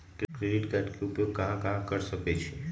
Credit card के उपयोग कहां कहां कर सकईछी?